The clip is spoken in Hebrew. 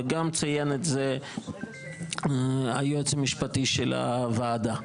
וגם ציין את זה היועץ המשפטי של הוועדה,